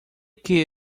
que